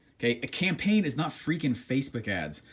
okay? a campaign is not freaking facebook ads.